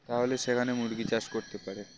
তাহলে সেখানে মুরগি চাষ করতে পারে